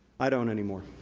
i don't anymore.